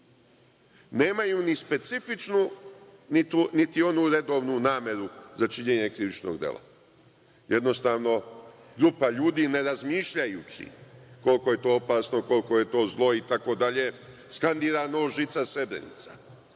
nemaju ni specifičnu, niti onu redovnu nameru za činjenje krivičnog dela. Jednostavno, grupa ljudi ne razmišljajući koliko je to opasno, koliko je to zlo, itd, skandira – nož, žica, Srebrenica.